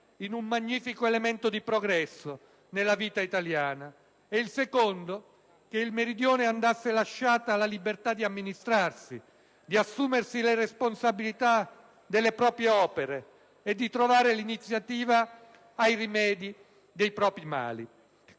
in "un magnifico elemento di progresso" nella "vita italiana", e il secondo che al Meridione andasse lasciata la libertà di amministrarsi, di assumersi le responsabilità delle proprie opere e di trovare l'iniziativa dei rimedi ai propri mali.